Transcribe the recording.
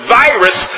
virus